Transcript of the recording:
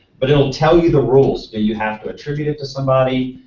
but it'll tell you the rules. and you have to attribute it to somebody,